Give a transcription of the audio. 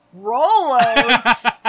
Rolos